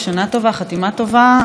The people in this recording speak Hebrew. שנה טובה, חתימה טובה.